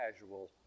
casual